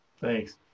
Thanks